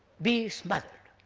be smothered?